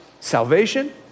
salvation